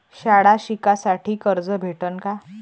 शाळा शिकासाठी कर्ज भेटन का?